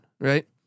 right